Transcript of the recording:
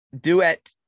duet